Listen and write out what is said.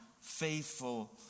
faithful